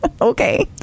Okay